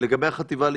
לגבי החטיבה להתיישבות,